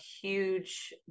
huge